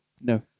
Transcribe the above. no